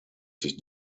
sich